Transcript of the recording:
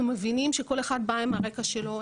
אנחנו מבינים שכל אחד בא עם הרקע שלו,